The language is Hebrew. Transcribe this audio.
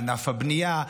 ענף הבנייה,